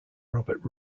robert